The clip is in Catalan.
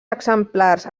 exemplars